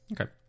okay